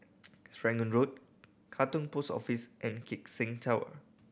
Serangoon Road Katong Post Office and Keck Seng Tower